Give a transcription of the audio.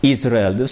Israel